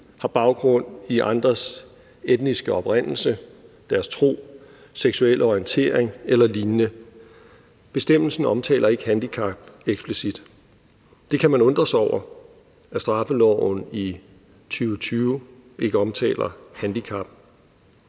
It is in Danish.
har baggrund i andres etniske oprindelse, deres tro, seksuelle orientering eller lignende. Bestemmelsen omtaler ikke handicap eksplicit. Det kan man undre sig over, altså at straffeloven i 2020 ikke omtaler handicap.